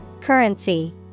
Currency